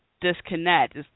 disconnect